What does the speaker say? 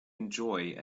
enjoy